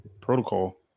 protocol